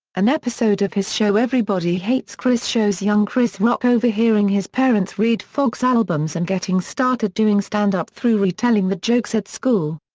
an episode of his show everybody hates chris shows young chris rock overhearing his parents' redd foxx albums and getting started doing stand-up through retelling the jokes at school.